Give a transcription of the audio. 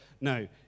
No